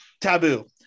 Taboo